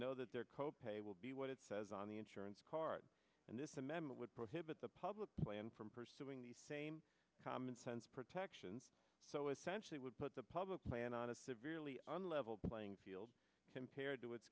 know that their co pay will be what it says on the insurance card and this amendment would prohibit the public plan from pursuing the same commonsense protections so essentially would put the public plan on a severely on level playing field compared to